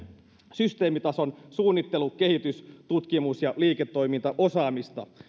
systeemitason suunnittelu kehitys tutkimus ja liiketoimintaosaamista